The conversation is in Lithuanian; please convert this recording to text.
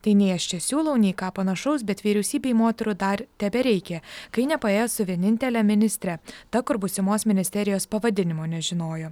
tai nei aš čia siūlau nei ką panašaus bet vyriausybėj moterų dar tebereikia kai nepaėjo su vienintele ministre ta kur būsimos ministerijos pavadinimo nežinojo